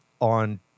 on